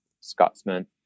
Scotsman